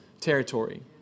territory